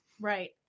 Right